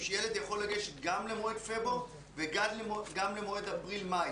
שילד יוכל לגשת גם למועד פברואר וגם למועד אפריל-מאי,